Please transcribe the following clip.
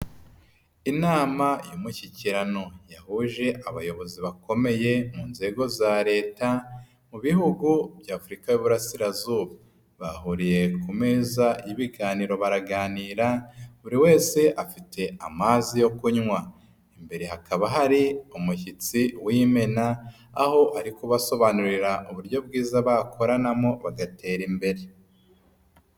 Inama y'umushyikirano yahuje abayobozi bakomeye mu nzego za leta mu bihugu by'Afurika y'Ububurasirazuba. Bahuriye ku meza y'ibiganiro baraganira, buri wese afite amazi yo kunywa. Imbere hakaba hari umushyitsi w'imena, aho ari kubasobanurira uburyo bwiza bakoranamo bagatera imbere.